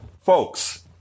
folks